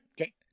Okay